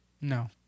No